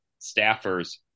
staffers